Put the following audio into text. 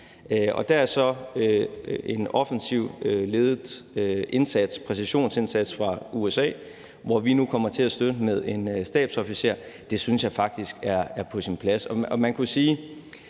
der er så en offensiv præcisionsindsats ledet af USA, hvor vi nu kommer til at støtte med en stabsofficer. Det synes jeg faktisk er på sin plads.